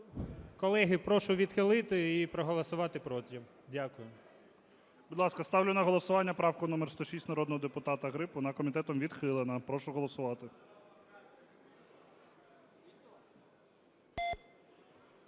Колеги, прошу відхилити і проголосувати проти. Дякую. ГОЛОВУЮЧИЙ. Будь ласка, ставлю на голосування правку номер 106 народного депутата Гриб, вона комітетом відхилена. Прошу голосувати.